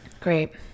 Great